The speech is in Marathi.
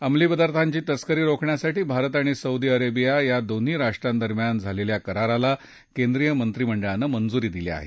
अंमली पदार्थांची तस्करी रोखण्यासाठी भारत आणि सौदी अरेविया या दोन्ही राष्ट्रांदरम्यान झालेल्या कराराला केंद्रीय मंत्रीमंडळानं मंजुरी दिली आहे